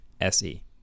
SE